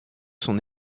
son